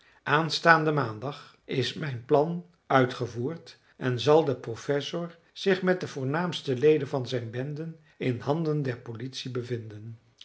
aanstaanden maandag is mijn plan uitgevoerd en zal de professor zich met de voornaamste leden van zijn bende in handen der politie bevinden